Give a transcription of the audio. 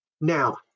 Now